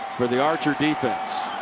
for the archer defense.